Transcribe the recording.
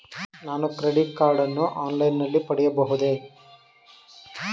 ನಾನು credit card ಅನ್ನು online ನಲ್ಲಿ ಪಡೆಯಬಹುದೇ?